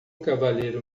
cavalheiro